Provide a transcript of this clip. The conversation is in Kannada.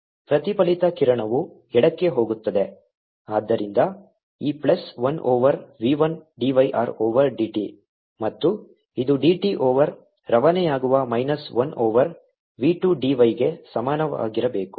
ಪ್ರತಿಫಲಿತ ಕಿರಣವು ಎಡಕ್ಕೆ ಹೋಗುತ್ತದೆ ಆದ್ದರಿಂದ ಈ plus 1 over v 1 d y r over d t ಮತ್ತು ಇದು d t ಓವರ್ ರವಾನೆಯಾಗುವ minus 1 over v 2 d y ಗೆ ಸಮನಾಗಿರಬೇಕು